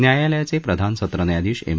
न्यायालयाचे प्रधान सत्र न्यायाधिश एम